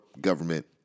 government